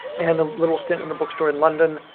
and a little stint in the bookstore in london,